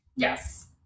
Yes